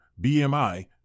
BMI